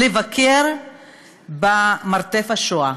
לבקר ב"מרתף השואה".